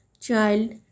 child